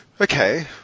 Okay